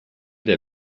der